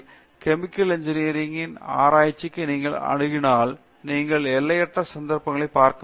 chemical engineering ன் ஆராய்ச்சிக்கு நீங்கள் அணுகினால் நீங்கள் எல்லையற்ற சந்தர்ப்பங்களைப் பார்க்க முடியும்